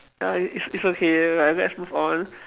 ya it's it's okay ah let's move on